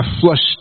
flushed